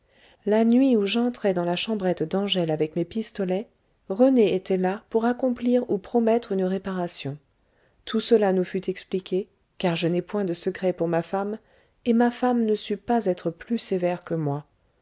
la nuit où j'entrai dans la chambrette d'angèle avec mes pistolets rené était là pour accomplir ou promettre une réparation tout cela nous fut expliqué car je n'ai point de secret pour ma femme et ma femme ne sut pas être plus sévère que moi